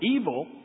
evil